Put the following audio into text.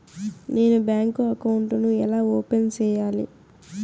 నేను bank account ను ఎలా ఓపెన్ సేయాలి?